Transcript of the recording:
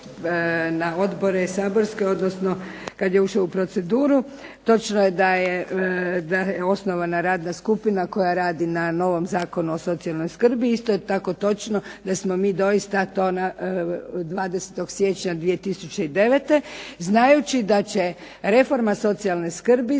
na odbore saborske odnosno kad je ušao u proceduru. Točno je da je osnovana radna skupina koja radi na novom Zakonu o socijalnoj skrbi. Isto je tako točno da smo mi doista to 20. siječnja 2009. znajući da će reforma socijalne skrbi